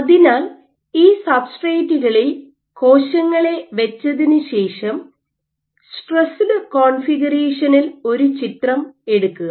അതിനാൽ ഈ സബ്സ്ട്രേറ്റുകളിൽ കോശങ്ങളെ വെച്ചതിന് ശേഷം സ്ട്രെസ്ഡ് കോൺഫിഗറേഷനിൽ ഒരു ചിത്രം എടുക്കുക